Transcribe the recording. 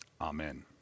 Amen